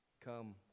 Come